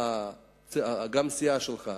גם הסיעה שלך,